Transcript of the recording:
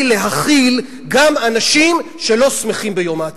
להכיל גם אנשים שלא שמחים ביום העצמאות,